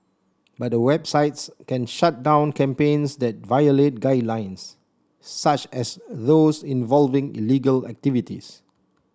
but the websites can shut down campaigns that violate guidelines such as those involving illegal activities